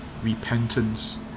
repentance